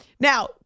Now